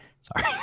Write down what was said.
sorry